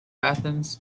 athens